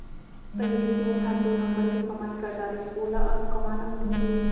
पहिली जेन हर दू नंबर के कमाई कर डारिस वोला अब कमाना मुसकिल हे